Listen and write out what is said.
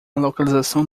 localização